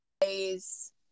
days